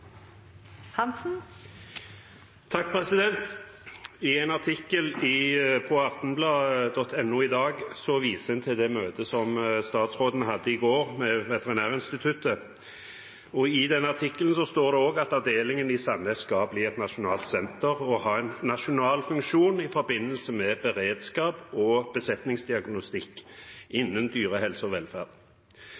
Hansen. I en artikkel i aftenbladet.no i dag viser en til det møtet som statsråden hadde med Veterinærinstituttet i går. I den artikkelen står det også at avdelingen i Sandnes skal bli et nasjonalt senter og ha en nasjonal funksjon i forbindelse med beredskap og besetningsdiagnostikk